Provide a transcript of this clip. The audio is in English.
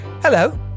Hello